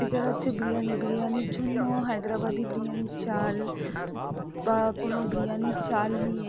এছাড়া হচ্ছে বিরিয়ানি বিরিয়ানির জন্য হায়দ্রাবাদী বিরিয়ানির চাল বা কোনো বিরিয়ানির চাল নিয়ে